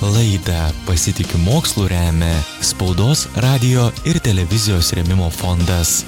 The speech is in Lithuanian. laidą pasitikiu mokslu remia spaudos radijo ir televizijos rėmimo fondas